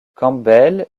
campbell